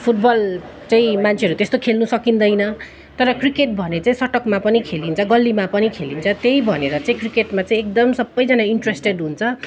football चाहिँ मान्छेहरू त्यस्तो खेल्नु सकिँदैन तर क्रिकेट भने चाहिँ सडकमा पनि खेलिन्छ गल्लीमा पनि खेलिन्छ त्यही भनेर चाहिँ क्रिकेटमा चाहिँ एकदम सबैजना इन्ट्रेस्टेड हुन्छ